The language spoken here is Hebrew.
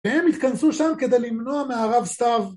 והם התכנסו שם כדי למנוע מהרב סתיו.